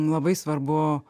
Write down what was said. labai svarbu